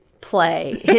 play